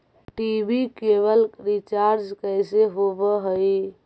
TV cable recharge कैसे होब हइ?